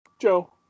Joe